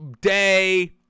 day